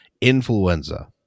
Influenza